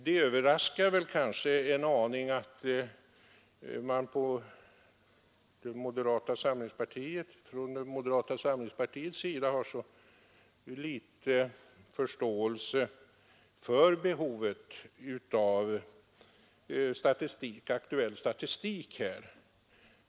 Det överraskar kanske en aning att man från moderata samlingspartiets sida har så liten förståelse för behovet av aktuell statistik.